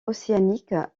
océanique